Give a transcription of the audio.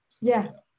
Yes